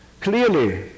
Clearly